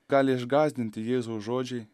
gali išgąsdinti jėzaus žodžiai